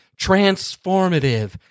transformative